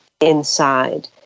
inside